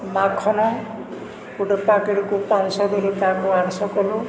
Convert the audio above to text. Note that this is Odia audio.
ମାଖନ ଗୋଟେ ପାକେଟ୍କୁ ପାଞ୍ଚ ଶହ ଆଠ ଶହ କନୁ